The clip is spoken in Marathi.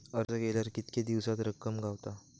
अर्ज केल्यार कीतके दिवसात रक्कम गावता?